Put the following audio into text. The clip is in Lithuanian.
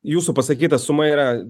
jūsų pasakyta suma yra